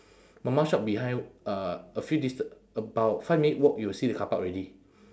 mama shop behind uh a few dista~ about five minute walk you will see the carpark already